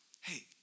Hey